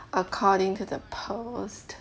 according to the post